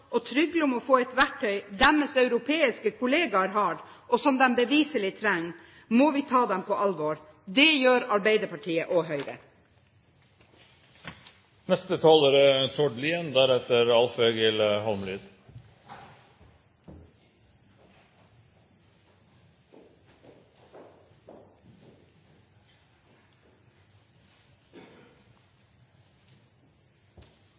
og trygler om å få et verktøy som deres europeiske kollegaer har, og som de beviselig trenger, må vi ta dem på alvor. Det gjør Arbeiderpartiet og Høyre.